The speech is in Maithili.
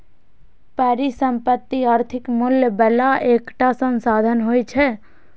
परिसंपत्ति आर्थिक मूल्य बला एकटा संसाधन होइ छै